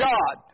God